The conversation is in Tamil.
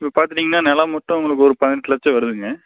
இப்போ பார்த்துட்டிங்கனா நிலம் மட்டும் உங்களுக்கு ஒரு பதினெட்டு லட்சம் வருதுங்க